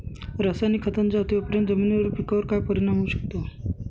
रासायनिक खतांच्या अतिवापराने जमिनीवर व पिकावर काय परिणाम होऊ शकतो?